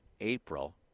April